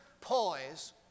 poise